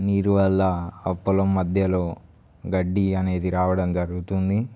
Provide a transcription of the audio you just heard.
నీరు వల్ల ఆ పొలం మధ్యలో గడ్డి అనేది రావడం జరుగుతుంది